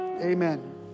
Amen